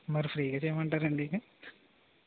మరి ఫ్రీగా చేయమంటారా అండి